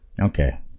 Okay